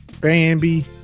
Bambi